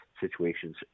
situations